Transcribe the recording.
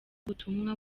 ubutumwa